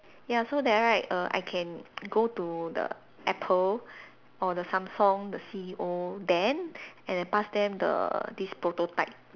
ya so that right err I can go to the Apple or the Samsung the C_E_O then and I pass them the this prototype